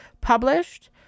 published